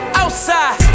outside